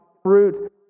Fruit